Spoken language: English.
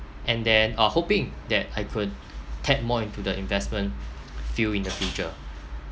and then uh hoping that I could tap more into the investment field in the future